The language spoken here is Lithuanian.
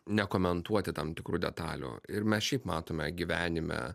nekomentuoti tam tikrų detalių ir mes šiaip matome gyvenime